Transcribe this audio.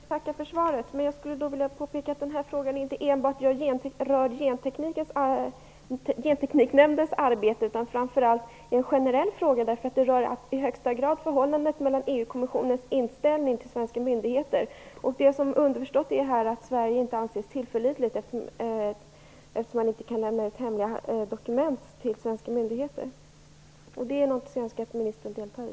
Fru talman! Jag tackar för svaret, men jag skulle vilja påpeka att den här frågan inte enbart rör Gentekniknämndens arbete. Det här är framför allt en generell fråga som i högsta grad rör EU kommissionens inställning till svenska myndigheter. Det underförstås att Sverige inte anses tillförlitligt, eftersom man inte kan lämna ut hemliga dokument till svenska myndigheter. Det är en diskussion jag önskar att ministern deltar i.